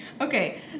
Okay